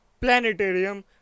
planetarium